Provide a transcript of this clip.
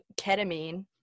ketamine